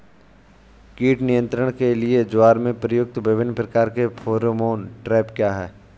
कीट नियंत्रण के लिए ज्वार में प्रयुक्त विभिन्न प्रकार के फेरोमोन ट्रैप क्या है?